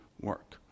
work